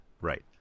right